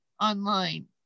online